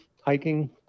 hiking